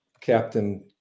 Captain